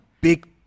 big